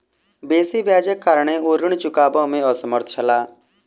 बेसी ब्याजक कारणेँ ओ ऋण चुकबअ में असमर्थ छला